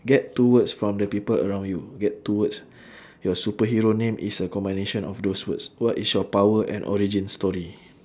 get two words from the people around you get two words your superhero name is a combination of those words what is your power and origin story